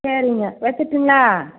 சரிங்க வச்சுட்டுங்களா